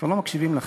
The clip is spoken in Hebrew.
כבר לא מקשיבים לכם.